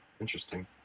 Interesting